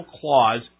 clause